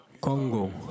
Congo